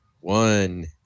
One